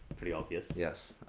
pretty obvious. yes.